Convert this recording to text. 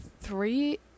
three